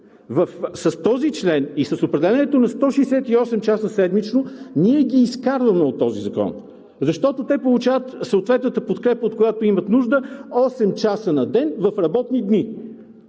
С този член и с определянето на 168 часа седмично ние ги изкарваме от този закон, защото те получават съответната подкрепа, от която имат нужда – осем часа на ден, в работни дни.